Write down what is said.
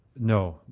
no,